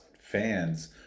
fans